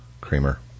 creamer